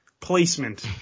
placement